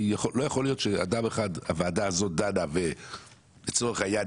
כי לא יכול להיות שאדם אחד הוועדה הזאת דנה ולצורך העניין